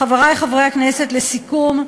חברי חברי הכנסת, לסיכום,